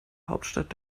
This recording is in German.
hauptstadt